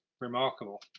remarkable